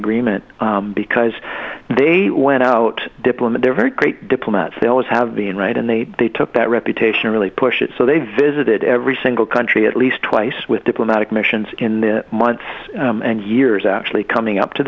agreement because they went out diplomat they're very great diplomats they always have been right and they they took that reputation really push it so they visited every single country at least twice with diplomatic missions in the months and years actually coming up to